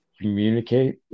communicate